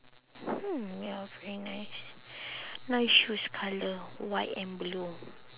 hmm ya very nice nice shoes colour white and blue